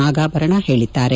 ನಾಗಾಭರಣ ಹೇಳಿದ್ದಾರೆ